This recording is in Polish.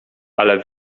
ale